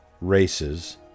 races